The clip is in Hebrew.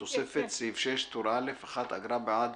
תוספת (סעיף 6) טור א' טור ב' אגרה בעד